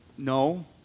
No